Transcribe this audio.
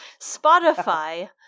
Spotify